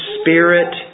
spirit